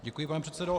Děkuji, pane předsedo.